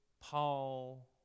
Paul